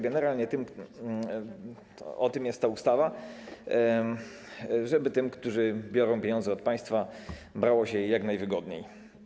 Generalnie o tym jest ta ustawa, żeby tym, którzy biorą pieniądze od państwa, brało się je jak najwygodniej.